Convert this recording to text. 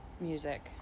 music